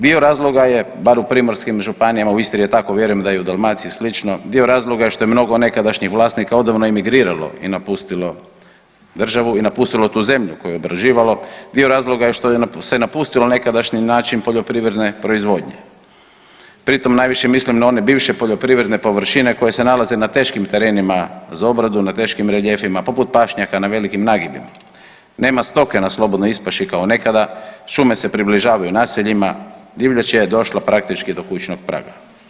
Dio razloga je bar u primorskim županijama, u Istri je tako, vjerujem da je i u Dalmaciji slično, dio razloga je što je mnogo nekadašnjih vlasnika odavno emigriralo i napustilo državu i napustilo tu zemlju koju je obrađivalo, dio razloga je što se napustilo nekadašnji način poljoprivredne proizvodnje, pri tom najviše mislim na one bivše poljoprivredne površine koje se nalaze na teškim terenima za obradu, na teškim reljefima poput pašnjaka na velikim nagibima, nema stoke na slobodnoj ispaši kao nekada, šume se približavaju naseljima, divljač je došla praktički do kućnog praga.